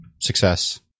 Success